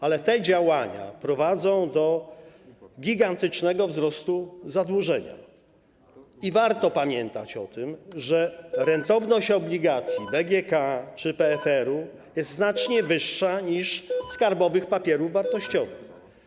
Ale te działania prowadzą do gigantycznego wzrostu zadłużenia i warto pamiętać o tym, że rentowność obligacji BGK czy PFR-u jest znacznie wyższa niż skarbowych papierów wartościowych.